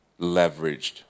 leveraged